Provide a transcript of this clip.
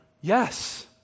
Yes